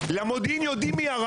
למודיעין יודעים מי ירה